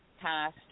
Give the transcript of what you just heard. passed